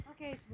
Okay